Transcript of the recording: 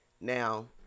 Now